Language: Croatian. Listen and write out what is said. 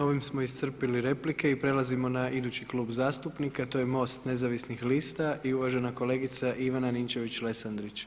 Ovim smo iscrpili replike i prelazimo na idući Klub zastupnika a to je MOST Nezavisnih lista i uvažena kolegica Ivana Ninčević-Lesandrić.